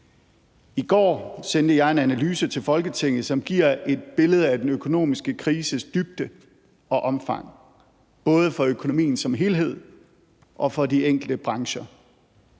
I går sendte jeg en analyse til Folketinget, som giver et billede af den økonomiske krises dybde og omfang, både for økonomien som helhed og for de enkelte brancher.